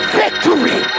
victory